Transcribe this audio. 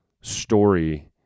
story